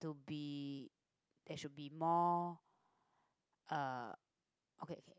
will be there should be more uh okay